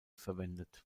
verwendet